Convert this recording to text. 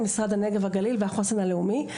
משרד הנגב והגליל והחוסן הלאומי.